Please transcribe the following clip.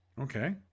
okay